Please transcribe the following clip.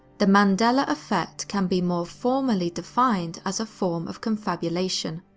the mandela effect can be more formally defined as a form of confabulation,